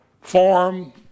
form